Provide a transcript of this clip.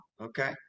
okay